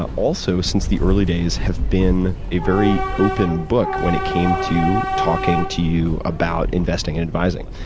ah also, since the early days, have been a very open book when it came to talking to you about investing and advising.